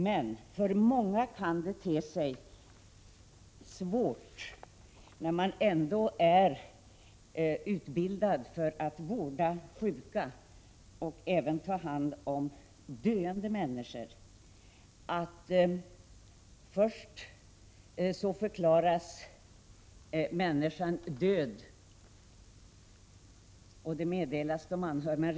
Men för många, som är utbildade för att vårda sjuka och även ta hand om döende, kan följande situationer te sig svåra. Först förklaras människan död, och detta meddelas de anhöriga.